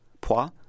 pois